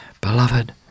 Beloved